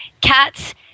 cats